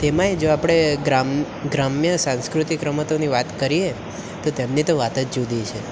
તેમાંય જો આપણે ગ્રામ્ય સાંસ્કૃતિક રમતોની વાત કરીએ તો તેમની તો વાત જ જુદી છે